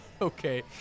Okay